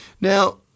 Now